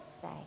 say